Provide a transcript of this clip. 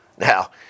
Now